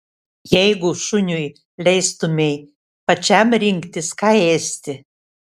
jeigu šuniui leistumei pačiam rinktis ką ėsti